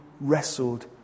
wrestled